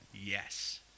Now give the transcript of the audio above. yes